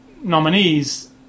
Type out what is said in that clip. nominees